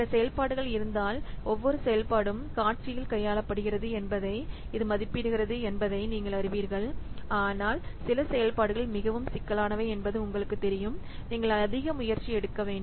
சில செயல்பாடுகள் இருந்தால் ஒவ்வொரு செயல்பாடும் காட்சியில் கையாளப்படுகிறது என்பதை இது மதிப்பிடுகிறது என்பதை நீங்கள் அறிவீர்கள் ஆனால் சில செயல்பாடுகள் மிகவும் சிக்கலானவை என்பது உங்களுக்குத் தெரியும் நீங்கள் அதிக முயற்சி எடுக்க வேண்டும்